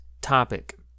topic